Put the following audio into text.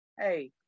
Hey